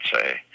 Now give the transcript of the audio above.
say